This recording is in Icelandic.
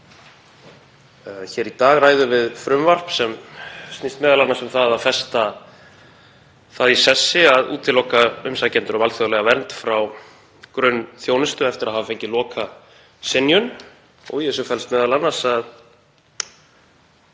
Hér í dag ræðum við frumvarp sem snýst m.a. um að festa það í sessi að útiloka umsækjendur um alþjóðlega vernd frá grunnþjónustu eftir að hafa fengið lokasynjun. Í þessu felst m.a. að